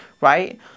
right